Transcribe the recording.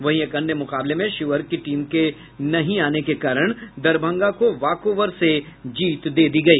वहीं एक अन्य मुकाबले में शिवहर की टीम के नहीं आने के कारण दरभंगा को वाकओवर से जीत दे दी गई